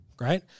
Right